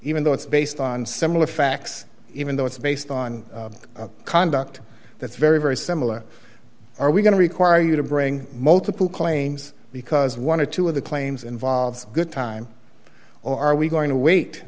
even though it's based on similar facts even though it's based on conduct that's very very similar are we going to require you to bring multiple claims because one or two of the claims involves good time or are we going to wait